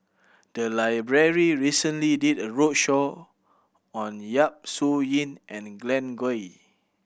the library recently did a roadshow on Yap Su Yin and Glen Goei